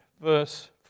verse